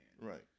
right